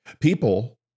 People